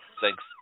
thanks